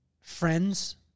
Friends